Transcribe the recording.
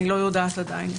אני לא יודעת עדיין,